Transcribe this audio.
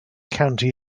county